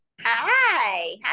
Hi